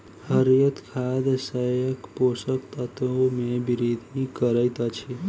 हरीयर खाद शस्यक पोषक तत्व मे वृद्धि करैत अछि